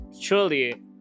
surely